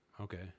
Okay